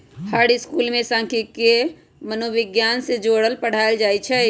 हर school में सांखियिकी के मनोविग्यान से जोड़ पढ़ायल जाई छई